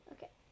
Okay